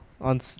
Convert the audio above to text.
On